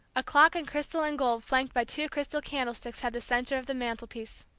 a clock in crystal and gold flanked by two crystal candlesticks had the centre of the mantelpiece.